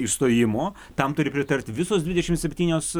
išstojimo tam turi pritarti visos dvidešim septynios